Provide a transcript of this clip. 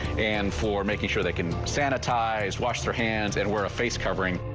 and for making sure they can sanitize wash their hands and wear a face covering.